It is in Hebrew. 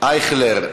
אייכלר,